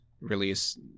release